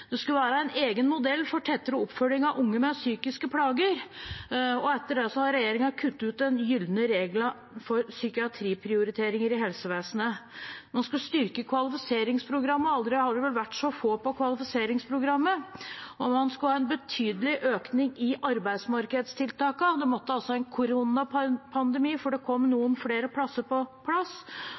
det skulle være en egen modell for tettere oppfølging av unge med psykiske plager, og etter det har regjeringen kuttet ut den gylne regelen for psykiatriprioriteringer i helsevesenet. Man skulle styrke kvalifiseringsprogrammet – aldri har det vel vært så få på kvalifiseringsprogrammet. Man skulle ha en betydelig økning i arbeidsmarkedstiltakene – det måtte altså en koronapandemi til før det kom noen flere plasser på plass.